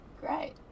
Great